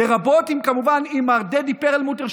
לרבות עם מר דדי פרלמוטר,